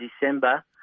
December